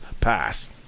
Pass